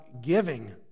giving